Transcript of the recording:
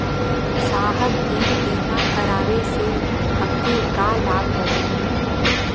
साहब इ बीमा करावे से हमके का लाभ होई?